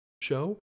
show